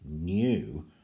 new